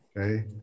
Okay